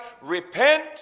repent